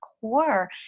core